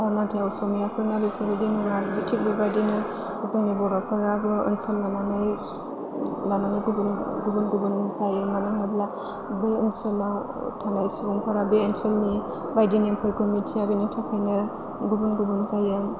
नाथाय असमियाफोरना बेफोरबायदि नुवा थिख बेबायदिनो जोंनि बर'फोराबो ओनसोल लानानै लानानै गुबुन गुबुन जायो मानो होनोब्ला बै ओनसोलाव थानाय सुबुंफोरा बे ओनसोलनि बायदि नेमफोरखौ मिथिया बेनि थाखायनो गुबुन गुबुन जायो